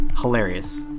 Hilarious